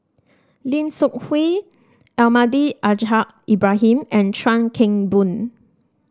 Lim Seok Hui Almahdi Al Ibrahim and Chuan Keng Boon